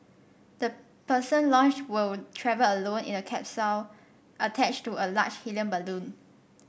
the person launched will travel alone in a capsule attached to a large helium balloon